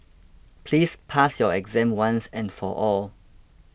please pass your exam once and for all